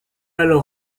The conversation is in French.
alors